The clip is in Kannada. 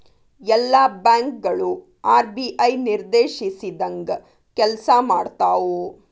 ಎಲ್ಲಾ ಬ್ಯಾಂಕ್ ಗಳು ಆರ್.ಬಿ.ಐ ನಿರ್ದೇಶಿಸಿದಂಗ್ ಕೆಲ್ಸಾಮಾಡ್ತಾವು